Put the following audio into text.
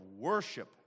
worship